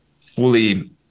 fully